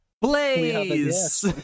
Blaze